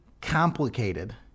complicated